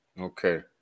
okay